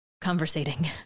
conversating